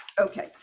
Okay